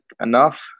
enough